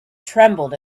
trembled